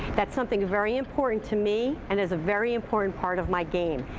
that's something very important to me, and it's a very important part of my game.